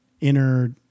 inner